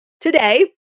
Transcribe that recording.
today